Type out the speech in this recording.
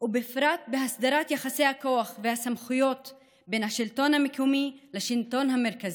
ובפרט בהסדרת יחסי הכוח והסמכויות בין השלטון המרכזי לשלטון המקומי,